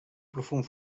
profund